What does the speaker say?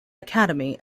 academy